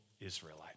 Israelite